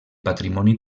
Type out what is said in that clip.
patrimoni